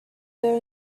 there